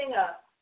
up